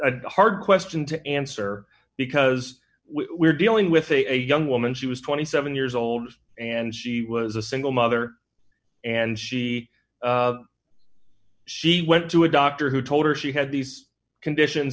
rd question to answer because we're dealing with a young woman she was twenty seven years old and she was a single mother and she she went to a doctor who told her she had these conditions